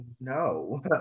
no